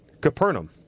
Capernaum